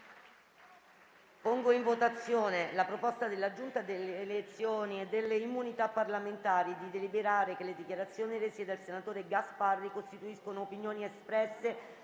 simultaneo della proposta della Giunta delle elezioni e delle immunità parlamentari di deliberare che le dichiarazioni rese dal senatore Maurizio Gasparri costituiscono opinioni espresse